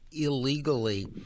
illegally